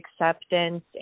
acceptance